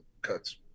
cuts